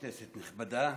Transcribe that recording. כנסת נכבדה,